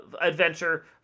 adventure